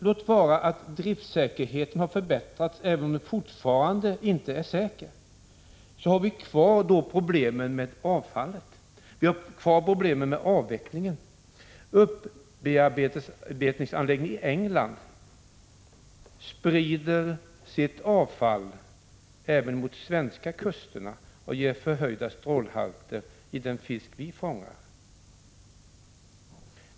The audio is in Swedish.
Låt vara att driftsäkerheten har förbättrats, även om den fortfarande inte är hundraprocentig, men vi har ändå kvar problemen med avfallet och problemen med avvecklingen. Upparbetningsanläggningen i England sprider sitt avfall även mot de svenska kusterna och ger förhöjda strålhalter i den fisk som vi fångar.